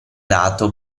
dato